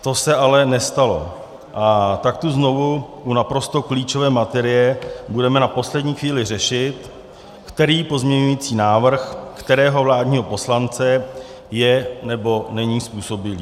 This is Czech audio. To se ale nestalo, a tak tu znovu u naprosto klíčové materie budeme na poslední chvíli řešit, který pozměňovací návrh kterého vládního poslance je nebo není způsobilý.